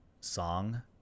song